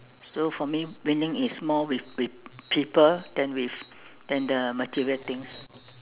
so for me winning is more with with people than with than the material things